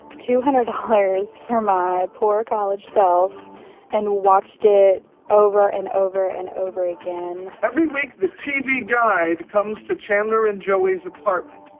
two hundred dollars for my poor college self and watched it over and over and over again every week, the tv guide comes to chandler and joey's apartment.